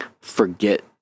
forget